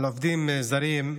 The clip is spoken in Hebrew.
על עובדים זרים,